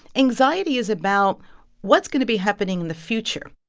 anxiety is about what's going to be happening in the future.